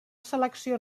selecció